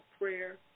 prayer